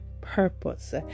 purpose